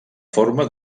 forma